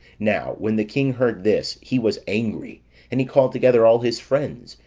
now when the king heard this, he was angry and he called together all his friends,